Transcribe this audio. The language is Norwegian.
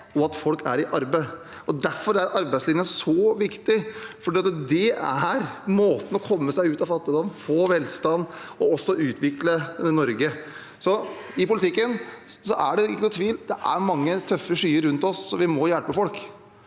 og at folk er i arbeid. Derfor er arbeidslinja så viktig, for det er måten å komme seg ut av fattigdom på, få velstand og også utvikle Norge. I politikken er det ikke noen tvil: Det er mange tøffe skyer rundt oss, så vi må hjelpe folk.